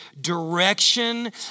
direction